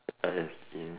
I see